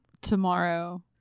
Tomorrow